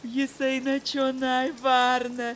jis eina čionai varna